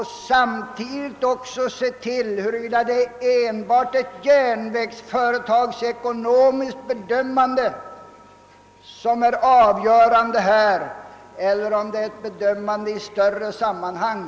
Riksdagen bör också ges tillfälle att undersöka huruvida enbart järnvägsföretagsekonomiska bedömanden skall vara avgörande eller om det inte bör ske ett bedömande i större sammanhang.